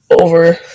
over